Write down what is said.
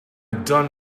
done